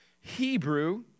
Hebrew